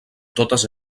totes